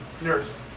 nurse